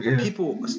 People